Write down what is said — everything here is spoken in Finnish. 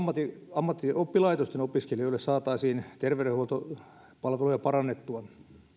ammattioppilaitosten opiskelijoille saataisiin terveydenhuoltopalveluja parannettua